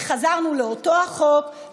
וחזרנו לאותו החוק,